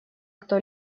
кто